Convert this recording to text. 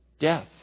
death